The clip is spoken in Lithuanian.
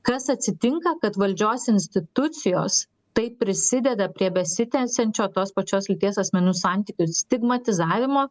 kas atsitinka kad valdžios institucijos taip prisideda prie besitęsiančio tos pačios lyties asmenių santykių stigmatizavimo